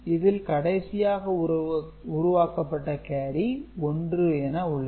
இதில் கடைசியாக உருவாக்கப்பட்ட கேரி 1 என உள்ளது